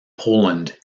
poland